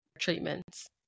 treatments